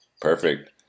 perfect